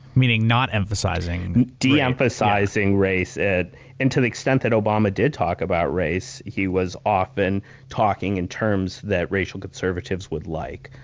meaning not emphasizing. de-emphasizing race. and to the extent that obama did talk about race, he was often talking in terms that racial conservatives would like,